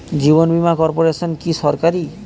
জীবন বীমা কর্পোরেশন কি সরকারি?